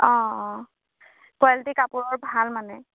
অঁ অঁ কোৱালিটিৰ কাপোৰৰ ভাল মানে